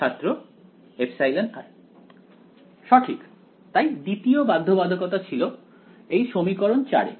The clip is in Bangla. ছাত্র εr সঠিক তাই দ্বিতীয় বাধ্যবাধকতা ছিল এই সমীকরণ 4 এ